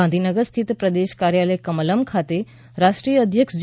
ગાંધીનગર સ્થિત પ્રદેશ કાર્યાલય કમલમ્ ખાતે રાષ્ટ્રીય અધ્યક્ષ જે